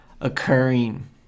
occurring